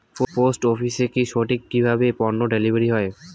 Post অফিসে কি সঠিক কিভাবে পন্য ডেলিভারি হয়?